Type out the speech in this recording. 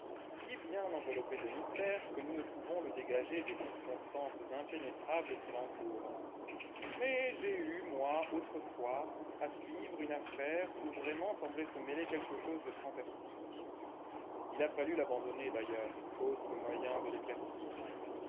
si bien enveloppé de mystère que nous ne pouvons le dégager des circonstances impénétrables qui l'entourent mais j'ai eu moi autrefois à suivre une affaire où vraiment semblait se mêler quelque chose de fantastique il a fallu l'abandonner d'ailleurs faute de moyens de l'éclaircir